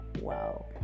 Wow